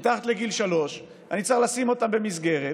מתחת לגיל שלוש, אני צריך לשים אותם במסגרת,